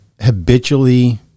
habitually